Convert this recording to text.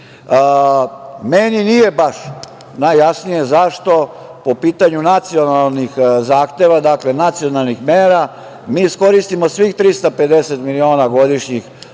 nije baš najjasnije zašto po pitanju nacionalnih zahteva, nacionalnih mera mi ne iskoristimo svih 350 miliona godišnjih mera